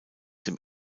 dem